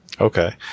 Okay